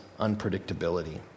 unpredictability